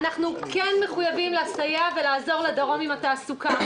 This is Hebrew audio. אנחנו כן מחויבים לסייע ולעזור לדרום בתחום התעסוקה.